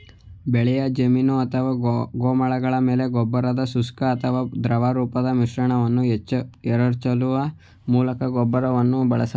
ಬೆಳೆಯ ಜಮೀನು ಅಥವಾ ಗೋಮಾಳಗಳ ಮೇಲೆ ಗೊಬ್ಬರದ ಶುಷ್ಕ ಅಥವಾ ದ್ರವರೂಪದ ಮಿಶ್ರಣವನ್ನು ಎರಚುವ ಮೂಲಕ ಗೊಬ್ಬರವನ್ನು ಬಳಸಬಹುದು